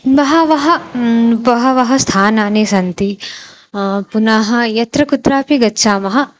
बहूनि बहूनि स्थानानि सन्ति पुनः यत्र कुत्रापि गच्छामः